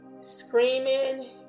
screaming